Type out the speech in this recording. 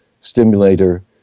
stimulator